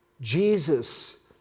Jesus